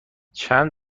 چند